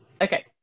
okay